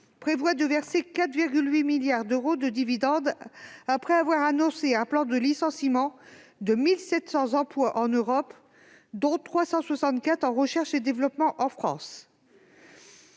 prévoit-elle de verser 4,8 milliards d'euros de dividendes après avoir annoncé un plan de licenciement de 2 700 emplois en Europe, dont 364 postes en recherche et développement en France.